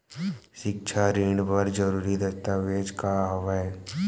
सिक्छा ऋण बर जरूरी दस्तावेज का हवय?